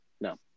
No